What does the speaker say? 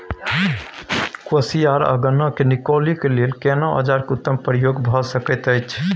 कोसयार आ गन्ना के निकौनी के लेल केना औजार के उत्तम प्रयोग भ सकेत अछि?